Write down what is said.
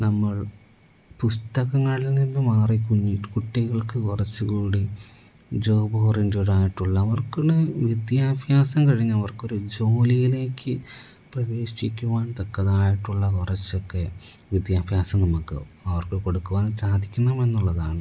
നമ്മൾ പുസ്തകങ്ങളിൽ നിന്നു മാറി കുഞ്ഞു കുട്ടികൾക്ക് കുറച്ചു കൂടി ജോബ് ഓറിയൻ്റടായിട്ടുള്ള അവർക്കുള്ള വിദ്യാഭ്യാസം കഴിഞ്ഞ് അവർക്കൊരു ജോലിയിലേക്കു പ്രവേശിക്കുവാൻ തക്കതായിട്ടുള്ള കുറച്ചൊക്കെ വിദ്യാഭ്യാസം നമുക്ക് അവർക്ക് കൊടുക്കുവാനും സാധിക്കണമെന്നുള്ളതാണ്